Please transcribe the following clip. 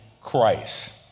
Christ